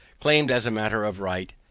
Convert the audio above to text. claimed as a matter of right,